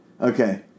Okay